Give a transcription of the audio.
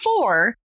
four